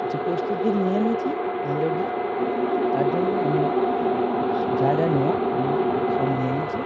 যে প্রস্তুতি নিয়ে নিয়েছি অলরেডি তার জন্য আমি যা যা নেওয়া আমি সব নিয়ে নিয়েছি